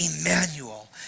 Emmanuel